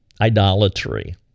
idolatry